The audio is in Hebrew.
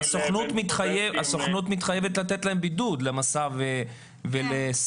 הסוכנות מתחייבת לתת בידוד למסע ולסלע,